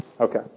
Okay